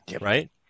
right